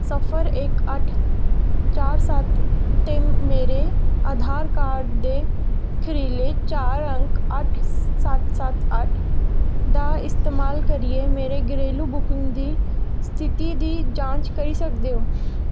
सिफर इक अट्ठ चार सत्त ते मेरे आधार कार्ड दे खीरले चार अंक अट्ठ सत्त सत्त अट्ठ दा इस्तेमाल करियै मेरे घरेलू बुकिंग दी स्थिति दी जांच करी सकदे ओ